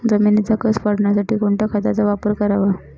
जमिनीचा कसं वाढवण्यासाठी कोणत्या खताचा वापर करावा?